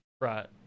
Right